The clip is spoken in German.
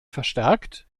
verstärkt